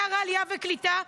שר העלייה והקליטה,